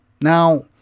Now